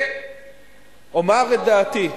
ואומר את דעתי.